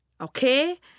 Okay